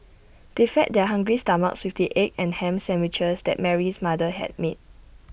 they fed their hungry stomachs with the egg and Ham Sandwiches that Mary's mother had made